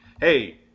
hey